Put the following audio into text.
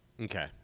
Okay